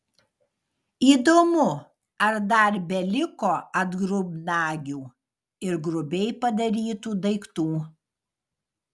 įdomu ar dar beliko atgrubnagių ir grubiai padarytų daiktų